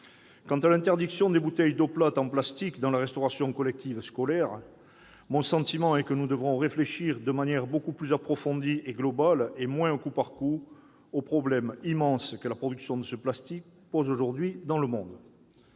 Quant à l'interdiction des bouteilles d'eau plate en plastique dans la restauration collective scolaire, mon sentiment est que nous devrons réfléchir de manière beaucoup plus approfondie et globale- et moins « au coup par coup » -aux problèmes immenses que la production de ce plastique pose aujourd'hui dans le monde.